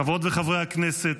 חברות וחברי הכנסת,